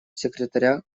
секретаря